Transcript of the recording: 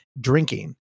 drinking